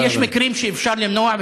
אבל יש מקרים שאפשר למנוע,